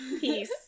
Peace